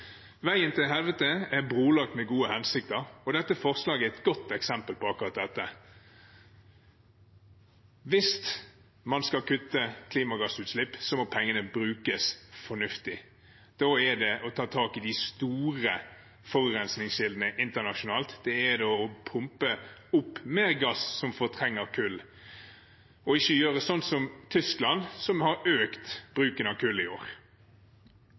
Veien til helvete er brolagt med gode hensikter, og dette forslaget er et godt eksempel på akkurat dette. Hvis man skal kutte klimagassutslipp, må pengene brukes fornuftig. Da er det å ta tak i de store forurensningskildene internasjonalt. Det å pumpe opp mer gass er det som fortrenger kull, og ikke slik som Tyskland gjør, som har økt bruken av kull i år.